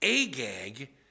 Agag